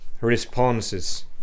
responses